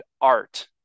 art